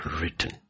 written